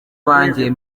banjye